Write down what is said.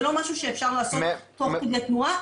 זה לא משהו שאפשר לעשות תוך כדי תנועה,